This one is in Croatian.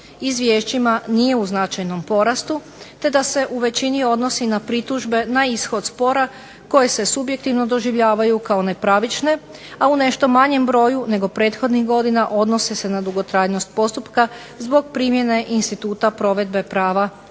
izvješćima nije u značajnom porastu te da se u većini odnosi na pritužbe na ishod spora koje se subjektivno doživljavaju kao nepravične, a u nešto manjem broju nego prethodnih godina odnose se na dugotrajnost postupka zbog primjene instituta provedbe prava